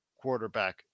quarterback